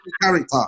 character